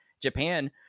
Japan